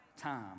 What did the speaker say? time